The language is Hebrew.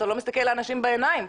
אתה לא מסתכל לאנשים בעיניים.